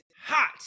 hot